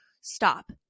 stop